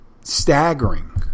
staggering